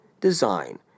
design